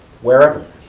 where?